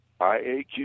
IAQ